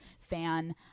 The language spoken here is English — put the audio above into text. fan